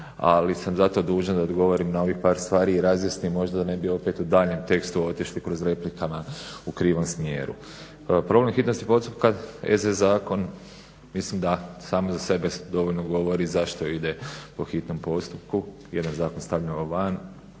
ali sam zato dužan da odgovorim na ovih par stvari i razjasnim možda da ne bi opet u daljnjem tekstu otišli kroz replike u krivom smjeru. Problem hitnosti postupka, EZ zakon mislim da sam za sebe dovoljno govori zašto ide po hitnom postupku. Jedan zakon stavljamo van